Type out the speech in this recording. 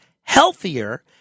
healthier